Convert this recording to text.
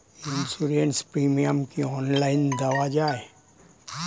Insurance premium কি online দেওয়া যায়?